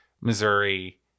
missouri